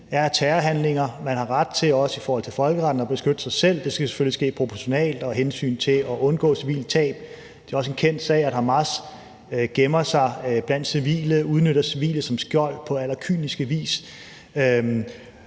er terrorhandlinger. Man har ret til også i forhold til folkeretten at beskytte sig selv, og det skal selvfølgelig ske proportionalt og under hensyntagen til at undgå civile tab. Det er også en kendt sag, at Hamas gemmer sig blandt civile, udnytter civile som skjold på allerkyniske vis.